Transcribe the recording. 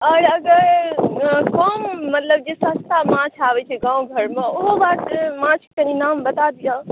आओर अगर कम मतलब जे सस्ता माछ आबैत छै गाम घरमे ओहो माछ माछके नाम बता दिअ